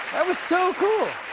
that was so cool.